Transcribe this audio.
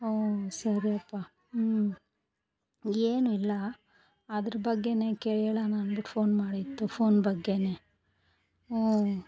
ಹ್ಞೂ ಸರಿಯಪ್ಪ ಹ್ಞೂ ಏನು ಇಲ್ಲ ಅದ್ರ ಬಗ್ಗೇನೆ ಕೇ ಹೇಳಾಣ ಅಂದ್ಬಿಟ್ಟು ಫೋನ್ ಮಾಡಿತ್ತು ಫೋನ್ ಬಗ್ಗೆನೆ ಹ್ಞೂ